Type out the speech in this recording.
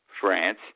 France